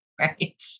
Right